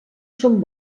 són